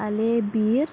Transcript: ale beer